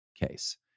case